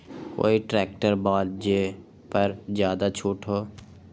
कोइ ट्रैक्टर बा जे पर ज्यादा छूट हो?